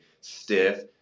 stiff